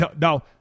No